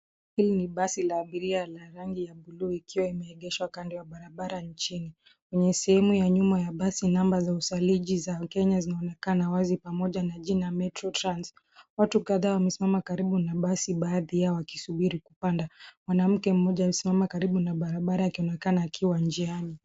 Hili ni basi la abiria la rangi ya bluu likiwa limeegeshwa kando ya barabara nchini. Kwenye sehemu ya nyuma ya basi, namba za usaliji za Kenya zinaonekana wazi pamoja na jina metro trans. Watu kadhaa wamesimama karibu na basi baadhi yao wakisubiri kupanda. Mwanamke mmoja amesimama karibu na barabara akionekana akiwa njiani.